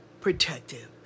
protective